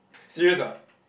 serious